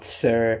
sir